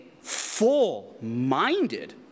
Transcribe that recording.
full-minded